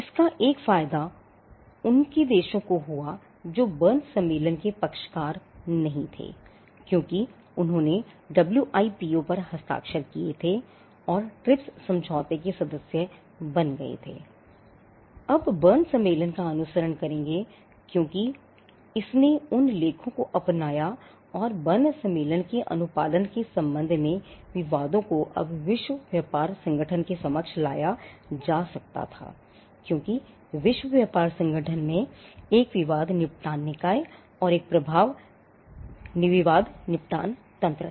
इसका एक फायदा उनके देशों को हुआ जो बर्न सम्मेलन के पक्षकार नहीं थे क्योंकि उन्होंने डब्ल्यूटीओ पर हस्ताक्षर किए थे और ट्रिप्स समझौते के सदस्य बन गए थे अब बर्न सम्मेलन का अनुसरण करेंगे क्योंकि इसने उन लेखों को अपनाया और बर्न सम्मेलन के अनुपालन के संबंध में विवादों को अब विश्व व्यापार संगठन के समक्ष लाया जा सकता है क्योंकि विश्व व्यापार संगठन में एक विवाद निपटान निकाय और एक प्रभावी विवाद निपटान तंत्र था